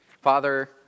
Father